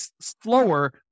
slower